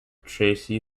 tracy